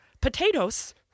potatoes